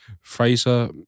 Fraser